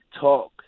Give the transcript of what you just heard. talk